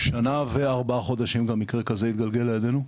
שנה וארבעה חודשים, גם מקרה כזה התגלגל לידינו,